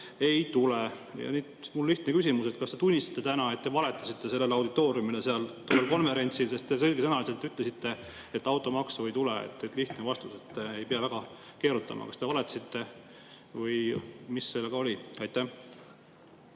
ei tule. Nüüd on mul lihtne küsimus: kas te tunnistate, et te valetasite sellele auditooriumile seal konverentsil, sest te selgesõnaliselt ütlesite, et automaksu ei tule? Lihtne vastus, ei pea väga keerutama. Kas te valetasite või mis sellega oli? Aitäh!